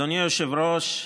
אדוני היושב-ראש,